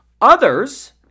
Others